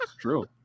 True